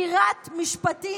"פירט משפטי,